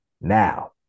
Now